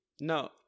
No